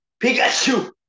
Pikachu